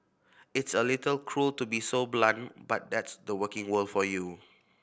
it's a little cruel to be so blunt but that's the working world for you